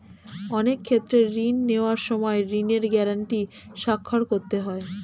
অনেক ক্ষেত্রে ঋণ নেওয়ার সময় ঋণের গ্যারান্টি স্বাক্ষর করতে হয়